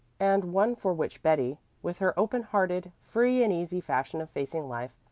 and one for which betty, with her open-hearted, free-and-easy fashion of facing life,